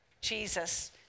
Jesus